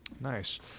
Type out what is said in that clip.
nice